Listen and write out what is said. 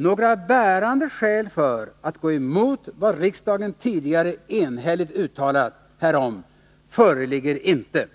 Några bärande skäl för att gå emot vad riksdagen tidigare enhälligt uttalat härom föreligger inte.